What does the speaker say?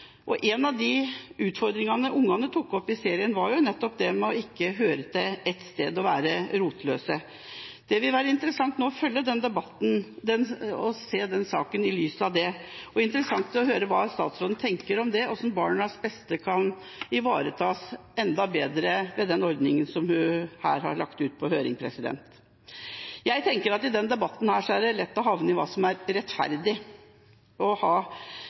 En av utfordringene ungene tok opp i serien, var nettopp det med å ikke høre til ett sted, å være rotløs. Det vil bli interessant nå å følge den debatten og se saken i lys av det. Det vil bli interessant å høre hva statsråden tenker om hvordan barns beste kan ivaretas enda bedre ved den ordningen som hun her har sendt ut på høring. Jeg tenker at i denne debatten er det lett å tenke mest på hva som er rettferdig